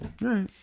right